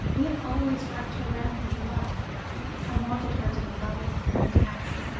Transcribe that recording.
we have always wrapped her round with love i wanted her to be loving and happy.